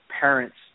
parents